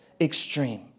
extreme